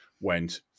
went